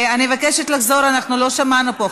אני מבקשת לחזור, אנחנו לא שמענו פה.